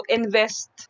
invest